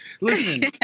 Listen